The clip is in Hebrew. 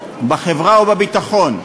בחברה ובביטחון,